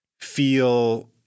feel